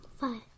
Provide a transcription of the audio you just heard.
Five